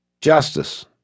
justice